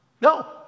No